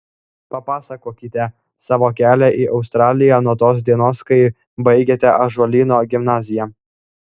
papasakokite savo kelią į australiją nuo tos dienos kai baigėte ąžuolyno gimnaziją